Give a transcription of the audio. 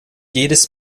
jedes